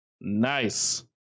Nice